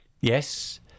Yes